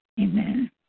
Amen